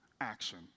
action